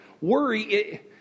Worry